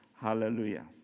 Hallelujah